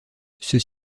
ceux